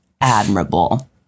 admirable